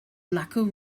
slacker